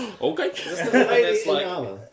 okay